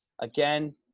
Again